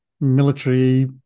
military